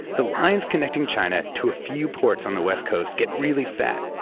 the lines connecting china to a few ports on the west coast get really fat,